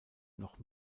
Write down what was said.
noch